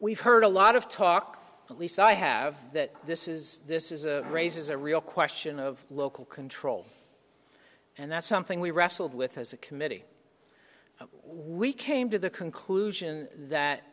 we've heard a lot of talk at least i have that this is this is a raises a real question of local control and that's something we wrestled with as a committee we came to the conclusion that